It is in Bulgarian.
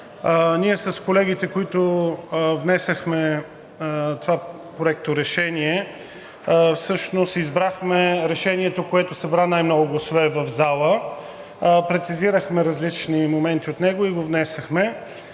С колегите, които внесохме това проекторешение, избрахме решението, което събра най-много гласове в залата, прецизирахме различни моменти от него и го внесохме.